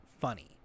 funny